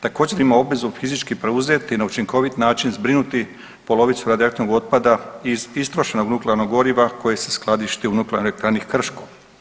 Također ima obvezu fizički preuzeti i na učinkovit način zbrinuti polovicu radioaktivnog otpada iz istrošenog nuklearnog goriva koje se skladišti u Nuklearnoj elektrani Krško.